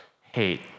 hate